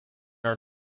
are